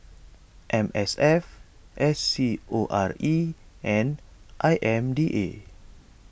M S F S C O R E and I M D A